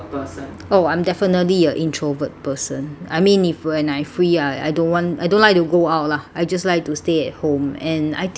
oh I'm definitely a introvert person I mean if when I free I don't want I don't like to go out lah I just like to stay at home and I think